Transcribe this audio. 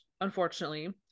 unfortunately